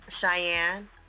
Cheyenne